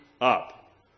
up